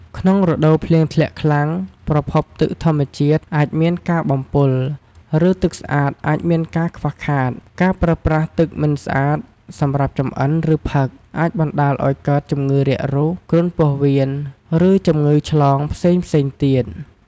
ក្នុងរដូវភ្លៀងធ្លាក់ខ្លាំង ប្រភពទឹកធម្មជាតិអាចមានការបំពុល ឬទឹកស្អាតអាចមានការខ្វះខាត ការប្រើប្រាស់ទឹកមិនស្អាតសម្រាប់ចម្អិនឬផឹក អាចបណ្តាលឱ្យកើត ជំងឺរាគរូស គ្រុនពោះវៀន ឬជំងឺឆ្លងផ្សេងៗទៀត។